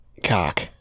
cock